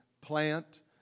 plant